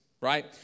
Right